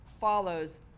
follows